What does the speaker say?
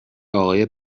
آقای